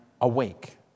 awake